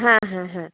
হ্যাঁ হ্যাঁ হ্যাঁ